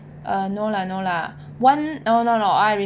err no lah no lah one no no no I